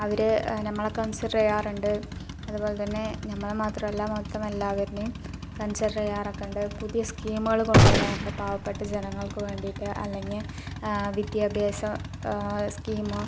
അവര് നമ്മളെ കൺസിഡറെയ്യാറ്ണ്ട് അതുപോലെ തന്നെ നമ്മളെ മാത്രമല്ല മൊത്തം എല്ലാവരിനേം കൺസിഡറെയ്യാറൊക്ക്ണ്ട് പുതിയ സ്കീമുകള് കൊണ്ട് വരാറുണ്ട് പാവപ്പെട്ട ജനങ്ങൾക്ക് വേണ്ടീട്ട് അല്ലെങ്കി വിദ്യാഭ്യാസ സ്കീമ്